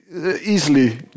Easily